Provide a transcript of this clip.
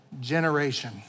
generation